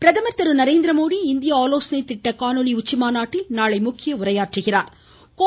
பிரதமர் திருநரேந்திரமோடி இந்திய ஆலோசனை திட்ட காணொலி உச்சிமாநாட்டில் நாளை முக்கிய உரையாற்றுகிறார்